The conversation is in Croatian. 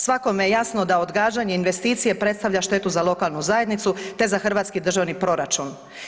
Svakome je jasno da odgađanje investicije predstavlja štetu za lokalnu zajednicu, te za hrvatski državni proračun.